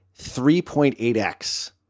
3.8x